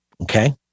okay